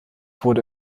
wurde